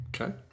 Okay